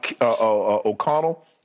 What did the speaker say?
O'Connell